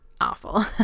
awful